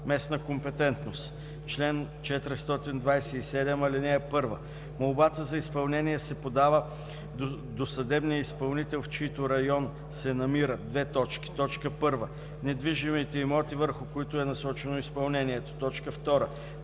„Местна компетентност Чл. 427. (1) Молбата за изпълнение се подава до съдебния изпълнител, в чийто район се намират: 1. недвижимите имоти, върху които е насочено изпълнението; 2.